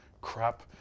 crap